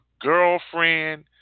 girlfriend